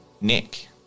Nick